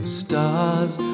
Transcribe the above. stars